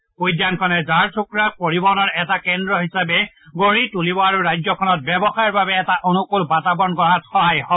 এই উদ্যানখনে ঝাৰছুগুডাক পৰিবহনৰ এটা কেন্দ্ৰ ৰূপে গঢ়ি তুলিব আৰু ৰাজ্যখনত ব্যৱসায়ৰ বাবে এটা অনুকূল বাতাবৰণ গঢ়াত সহায় কৰিব